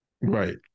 Right